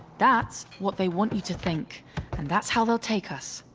that's what they want you to think and that's how they'll take us,